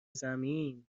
زمین